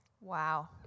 Wow